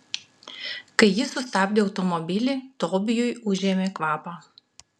kai ji sustabdė automobilį tobijui užėmė kvapą